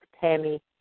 Tammy